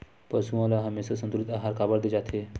पशुओं ल हमेशा संतुलित आहार काबर दे जाथे?